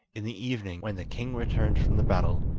in the evening, when the king returned from the battle,